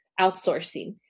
outsourcing